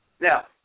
Now